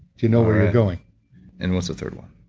you know where you're going and what's the third one?